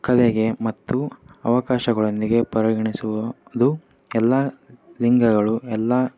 ಕಲೆಗೆ ಮತ್ತು ಅವಕಾಶಗಳೊಂದಿಗೆ ಪರಿಗಣಿಸುವುದು ಎಲ್ಲ ಲಿಂಗಗಳು ಎಲ್ಲ